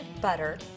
butter